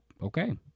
okay